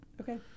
Okay